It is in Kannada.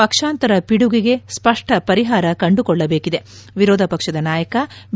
ಪಕ್ಷಾಂತರ ಪಿಡುಗಿಗೆ ಸ್ಪಷ್ಟ ಪರಿಹಾರ ಕಂಡುಕೊಳ್ಳಬೇಕಿದೆ ವಿರೋಧ ಪಕ್ಷದ ನಾಯಕ ಬಿ